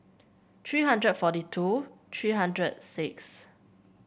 three hundred forty two three hundred six